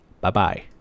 Bye-bye